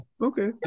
Okay